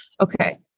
okay